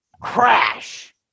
crash